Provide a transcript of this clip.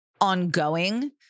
ongoing